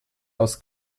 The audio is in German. aus